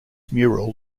mural